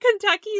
Kentucky